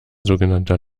sogenannter